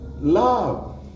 Love